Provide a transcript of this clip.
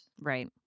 Right